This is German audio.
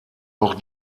auch